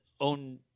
own